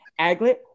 Aglet